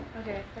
Okay